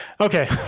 Okay